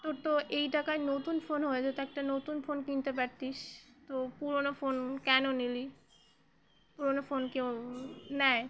তোর তো এই টাকায় নতুন ফোন হয়ে যেত একটা নতুন ফোন কিনতে পারতিস তো পুরোনো ফোন কেন নিলি পুরোনো ফোন কেউ নেয়